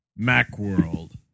Macworld